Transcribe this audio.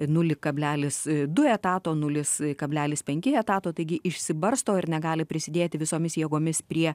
nulį kablelis du etato nulis nulis penki etato taigi išsibarsto ir negali prisidėti visomis jėgomis prie